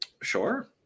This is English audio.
Sure